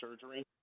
surgery